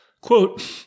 Quote –